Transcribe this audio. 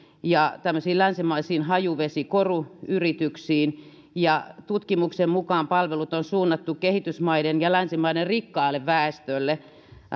ja tämmöisiin länsimaisiin hajuvesi koruyrityksiin ja tutkimuksen mukaan palvelut on suunnattu kehitysmaiden ja länsimaiden rikkaalle väestölle